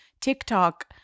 TikTok-